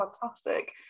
fantastic